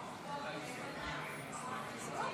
אני קובע